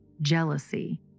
Jealousy